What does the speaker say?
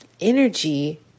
energy